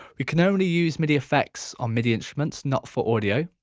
we can only use midi effects on midi instruments not for audio.